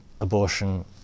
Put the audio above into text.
abortion